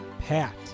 Pat